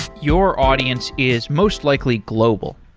your audience is most likely global.